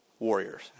Warriors